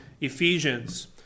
Ephesians